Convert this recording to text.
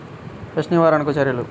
Pest నివారణకు చర్యలు?